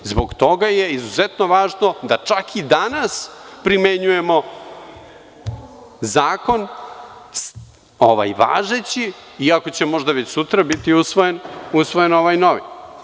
Zbog toga je izuzetno važno da čak i danas primenjujemo zakon ovaj važeći, iako će možda već sutra biti usvojen ovaj novi.